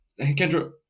Kendra